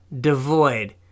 Devoid